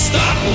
Stop